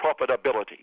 Profitability